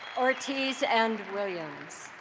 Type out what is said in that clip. ortiz, and williams!